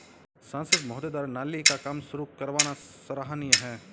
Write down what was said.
सांसद महोदय द्वारा नाली का काम शुरू करवाना सराहनीय है